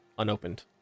Unopened